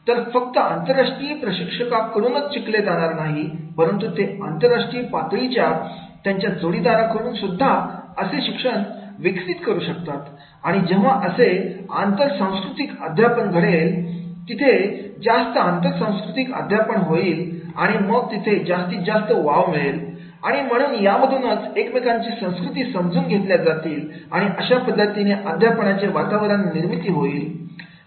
तर फक्त आंतरराष्ट्रीय प्रशिक्षका कडूनच शिकले जाणार नाही परंतु ते आंतरराष्ट्रीय पातळीच्या त्यांच्या जोडीदाराकडून सुद्धा असे शिक्षण विकसित करू शकतात आणि जेव्हा तसे अंतर सांस्कृतिक अध्यापन घडेल तेव्हा तिथे जास्त आंतर सांस्कृतिक अध्यापन होईल आणि मग तिथे जास्तीत जास्त वाव मिळेल आणि यामधून एकमेकांची संस्कृती समजून घेतल्या जातील आणि अशा पद्धतीने अध्यापनाचे वातावरण निर्मिती होईल